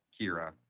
Kira